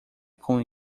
com